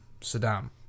Saddam